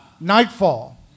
Nightfall